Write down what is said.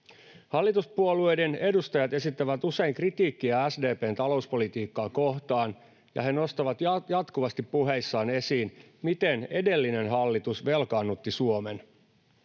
Hallituspuolueiden edustajat esittävät usein kritiikkiä SDP:n talouspolitiikkaa kohtaan, ja he nostavat jatkuvasti puheissaan esiin, miten edellinen hallitus velkaannutti Suomen